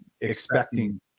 expecting